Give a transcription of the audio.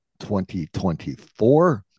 2024